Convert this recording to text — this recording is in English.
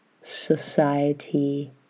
society